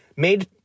Made